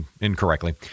incorrectly